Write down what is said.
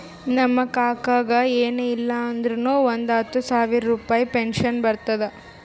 ನಮ್ ಕಾಕಾಗ ಎನ್ ಇಲ್ಲ ಅಂದುರ್ನು ಒಂದ್ ಹತ್ತ ಸಾವಿರ ರುಪಾಯಿ ಪೆನ್ಷನ್ ಬರ್ತುದ್